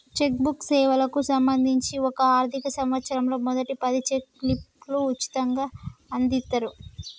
check book సేవలకు సంబంధించి ఒక ఆర్థిక సంవత్సరంలో మొదటి పది చెక్ లీఫ్లు ఉచితంగ అందిత్తరు